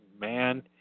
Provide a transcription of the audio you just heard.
man